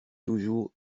toujours